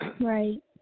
Right